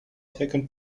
taken